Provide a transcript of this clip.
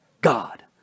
God